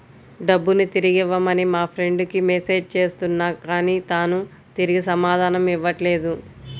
డబ్బుని తిరిగివ్వమని మా ఫ్రెండ్ కి మెసేజ్ చేస్తున్నా కానీ తాను తిరిగి సమాధానం ఇవ్వట్లేదు